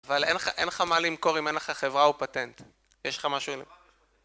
אבל אין לך אין לך מה למכור אם אין לך חברה או פטנט, יש לך משהו עם...